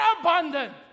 abundant